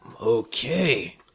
Okay